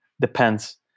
depends